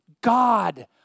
God